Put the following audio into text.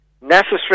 necessary